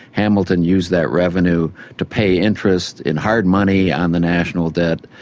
hamilton used that revenue to pay interest in hard money on the national debt,